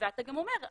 ואתה גם אומר,